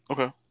Okay